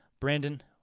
Brandon